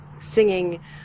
singing